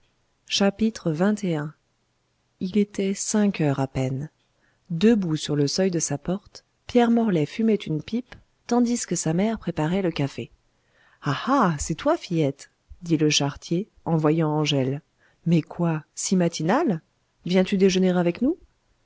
xxi il était cinq heures à peine debout sur le seuil de sa porte pierre morlaix fumait une pipe tandis que sa mère préparait le café ah ah c'est toi fillette dit le charretier en voyant angèle mais quoi si matinale viens-tu déjeuner avec nous